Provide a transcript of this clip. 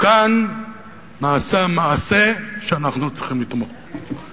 וכאן נעשה מעשה שאנחנו צריכים לתמוך בו.